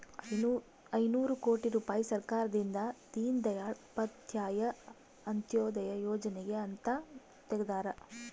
ಐನೂರ ಕೋಟಿ ರುಪಾಯಿ ಸರ್ಕಾರದಿಂದ ದೀನ್ ದಯಾಳ್ ಉಪಾಧ್ಯಾಯ ಅಂತ್ಯೋದಯ ಯೋಜನೆಗೆ ಅಂತ ತೆಗ್ದಾರ